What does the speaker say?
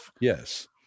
Yes